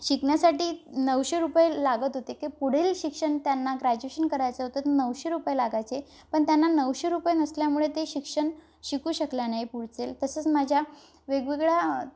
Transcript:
शिकण्यासाठी नऊशे रुपये लागत होते की पुढील शिक्षण त्यांना ग्रॅज्युएशन करायचं होतं त नऊशे रुपये लागायचे पण त्यांना नऊशे रुपये नसल्यामुळे ते शिक्षण शिकू शकलं नाही पुढचे तसंच माझ्या वेगवेगळ्या